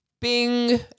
Bing